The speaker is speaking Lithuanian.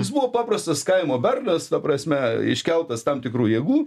jis buvo paprastas kaimo bernas ta prasme iškeltas tam tikrų jėgų